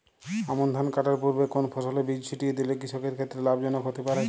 আমন ধান কাটার পূর্বে কোন ফসলের বীজ ছিটিয়ে দিলে কৃষকের ক্ষেত্রে লাভজনক হতে পারে?